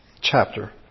chapter